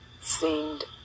seemed